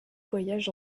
voyages